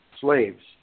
slaves